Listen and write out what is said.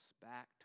back